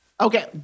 Okay